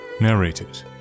Narrated